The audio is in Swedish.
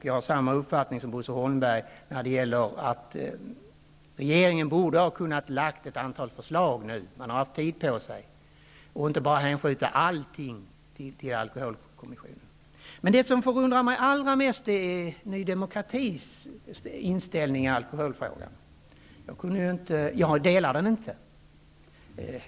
Jag delar hans uppfattning att regeringen nu borde ha kunnat lägga fram ett antal förslag -- man har haft tid på sig -- och inte bara hänskjuta allting till alkoholkommissionen. Men det som förundrar mig allra mest är Ny demokratis inställning i alkoholfrågan. Jag delar den inte.